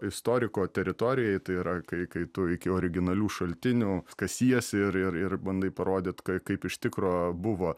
istoriko teritorijoj tai yra kai kai tu iki originalių šaltinių kasiesi ir ir ir bandai parodyt kaip iš tikro buvo